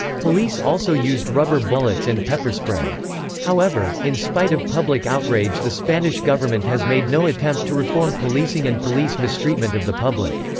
police also used rubber bullets and pepper spray however, in spite of public outrage the spanish government has made no attempt to reform policing and police mistreatment of the public.